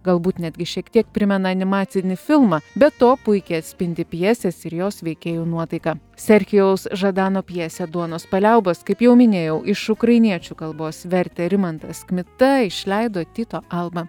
galbūt netgi šiek tiek primena animacinį filmą be to puikiai atspindi pjesės ir jos veikėjų nuotaiką sergijaus žadano pjesę duonos paliaubos kaip jau minėjau iš ukrainiečių kalbos vertė rimantas kmita išleido tyto alba